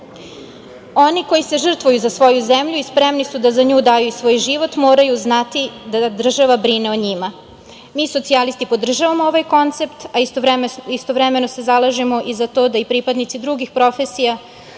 koji se žrtvuju za svoju zemlju i spremni su da za nju daju i svoj život moraju znati da država brine o njima. Mi socijalisti podržavamo ovaj koncept, a istovremeno se zalažemo i za to da i pripadnici drugih profesija